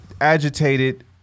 agitated